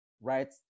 right